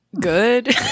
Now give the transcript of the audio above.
good